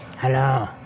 Hello